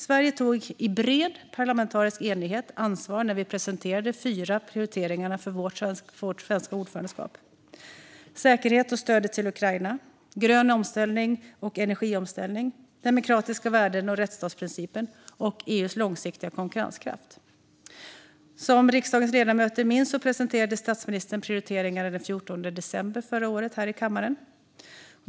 Sverige tog i bred parlamentarisk enighet ansvar när vi presenterade de fyra prioriteringarna för vårt svenska ordförandeskap: säkerhet och stödet till Ukraina, grön omställning och energiomställning, demokratiska värden och rättsstatsprincipen samt EU:s långsiktiga konkurrenskraft. Som riksdagens ledamöter minns presenterade statsministern prioriteringarna den 14 december förra året här i kammaren.